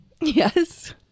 Yes